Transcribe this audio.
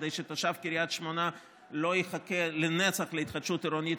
כדי שתושב קריית שמונה לא יחכה לנצח להתחדשות עירונית,